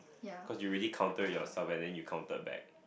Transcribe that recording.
cause you really counter it yourself and then you counter back